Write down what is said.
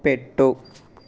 పెట్టు